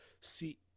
see